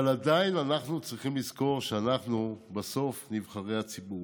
אבל עדיין אנחנו צריכים לזכור שבסוף אנחנו נבחרי הציבור.